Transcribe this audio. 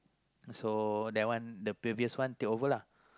so that one the previous one take over lah